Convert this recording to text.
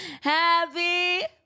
Happy